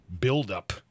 buildup